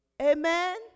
Amen